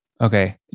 okay